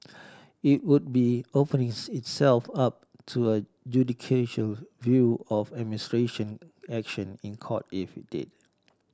it would be openings itself up to a view of administration action in Court if it did